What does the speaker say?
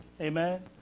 Amen